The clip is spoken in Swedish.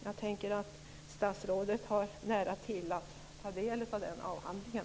Jag tänker att statsrådet har nära till för att ta del av den avhandlingen.